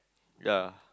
ya